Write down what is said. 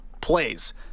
plays